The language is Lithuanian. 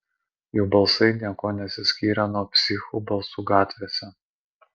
jų balsai niekuo nesiskyrė nuo psichų balsų gatvėse